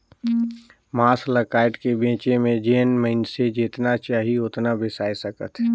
मांस ल कायट के बेचे में जेन मइनसे जेतना चाही ओतना बेसाय सकथे